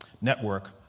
network